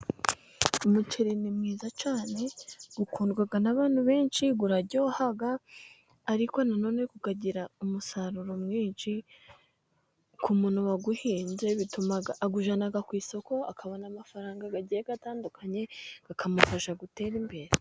umuceri ni mwiza cyane, ukundwa n'abantu benshi uraryoha, ariko nanone ukagira umusaruro mwinshi ku muntu wawuhinze, bituma awujyana ku isoko, akabona amafaranga agiye atandukanye akamufasha gutera imbere.